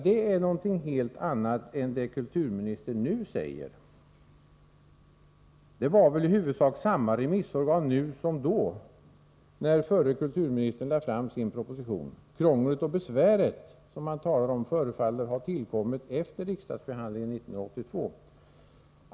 Detta är någonting helt annat än vad kulturministern nu säger. Det var väl i huvudsak samma remissorgan nu som då, när den förre kulturministern lade fram sin proposition. Krånglet och besväret, som man talar om, förefaller ha tillkommit efter riksdagsbehandlingen 1982.